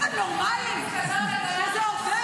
אתם נורמליים --- רבותיי,